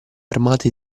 armate